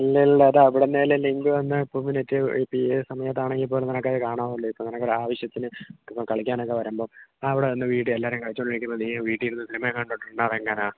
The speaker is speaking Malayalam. ഇല്ലില്ല അത് എവിടുന്നേലും ലിങ്ക് വന്നാൽ ഇപ്പോൾ പിന്നെ നെറ്റ് ഇപ്പം ഏത് സമയത്താണെങ്കിൽ പോലും നിനക്കത് കാണാവല്ലോ ഇപ്പോൾ നിനക്കൊരാവശ്യത്തിന് കളിക്കാനൊക്കെ വരുമ്പോൾ അവിടെ വന്ന് വീട്ടിൽ എല്ലാവരും കളിച്ചുകൊണ്ട് ഇരിക്കുമ്പോൾ നീ വീട്ടിൽ ഇരുന്ന് സിനിമയും കണ്ടുകൊണ്ട് ഇരുന്നാൽ അതെങ്ങനെയാണ്